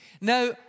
Now